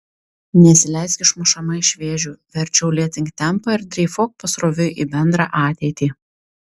nesileisk išmušama iš vėžių verčiau lėtink tempą ir dreifuok pasroviui į bendrą ateitį